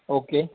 okay